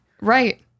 right